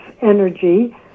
energy